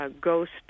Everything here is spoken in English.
ghost